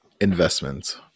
investments